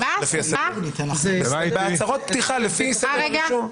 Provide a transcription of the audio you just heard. --- זה הצהרות פתיחה לפי סדר הרישום.